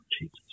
Jesus